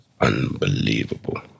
unbelievable